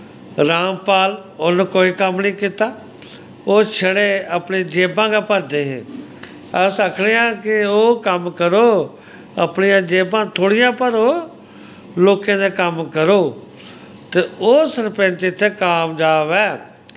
राम पाल उन्न कोई कम्म नी कीता ओह् छड़ी अपनी जेब्बां गै भरदे हे अस अक्खने आं कि ओह् कम्म करो अपनियां जेब्बां थोह्ड़ियां भरो लोकें दे कम्म करो ते ओह् सरपैंच इत्थें कामजाव ऐ